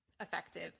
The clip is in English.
effective